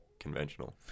conventional